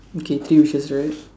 okay three wishes right